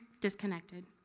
disconnected